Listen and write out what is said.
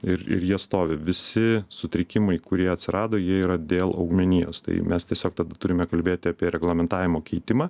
ir ir jie stovi visi sutrikimai kurie atsirado jie yra dėl augmenijos tai mes tiesiog tad turime kalbėti apie reglamentavimo keitimą